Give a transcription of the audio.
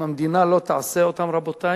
אם המדינה לא תעשה אותם, רבותי,